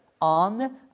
On